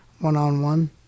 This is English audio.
one-on-one